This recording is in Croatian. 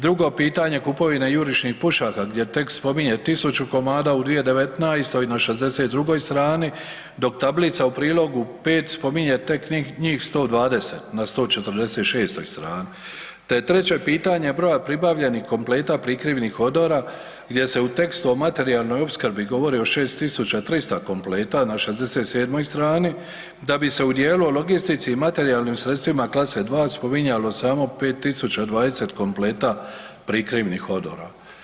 Drugo pitanje kupovine jurišnih pušaka gdje tekst spominje 1.000 komada u 2019. na 62. strani dok tablica u prilogu 5. spominje tek njih 120 na 146. strani te je treće pitanje broja pribavljenih kompleta prikrivnih odora gdje se u tekstu o materijalnoj opskrbi govori o 6.300 kompleta na 67. strani da bi se u dijelu o logistici i materijalnim sredstvima klase 2 spominjalo samo 5.020 kompleta prikrivnih odora.